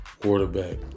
quarterback